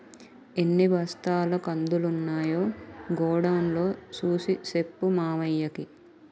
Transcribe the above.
ఎన్ని బస్తాల కందులున్నాయో గొడౌన్ లో సూసి సెప్పు మావయ్యకి